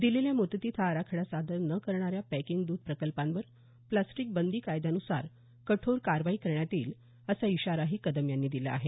दिलेल्या मुदतीत हा आराखडा सादर न करणाऱ्या पॅकिंग द्ध प्रकल्पांवर प्रास्टीक बंदी कायद्यान्सार कठोर कारवाई करण्यात येईल असा इशाराही कदम यांनी दिला आहे